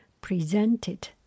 presented